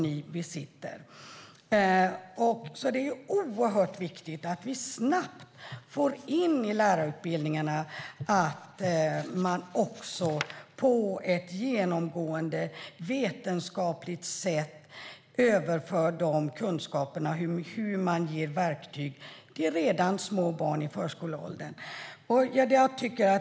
Det är oerhört viktigt att snabbt få in i lärarutbildningarna, på ett genomgående vetenskapligt sätt, hur dessa kunskaper och verktyg överförs till små barn i förskoleåldern.